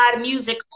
music